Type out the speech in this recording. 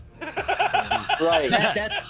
right